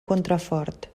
contrafort